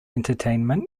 entertainment